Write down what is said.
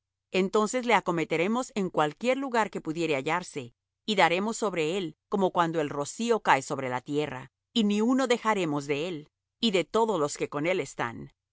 entonces le acometeremos en cualquier lugar que pudiere hallarse y daremos sobre él como cuando el rocío cae sobre la tierra y ni uno dejaremos de él y de todos los que con él están